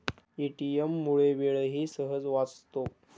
ATM मुळे वेळही सहज वाचतो